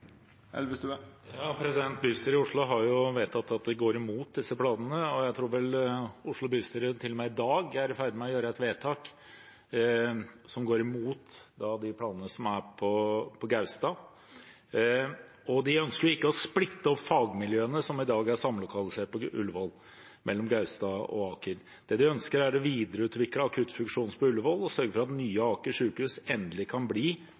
i Oslo har vedtatt at de går imot disse planene, og jeg tror Oslo bystyre til og med i dag er i ferd med å gjøre et vedtak som går imot planene på Gaustad. De ønsker ikke å splitte opp fagmiljøene som i dag er samlokalisert på Ullevål, mellom Gaustad og Aker. Det de ønsker, er å videreutvikle akuttfunksjonen på Ullevål og sørge for at Nye Aker sykehus endelig kan bli